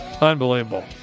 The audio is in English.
unbelievable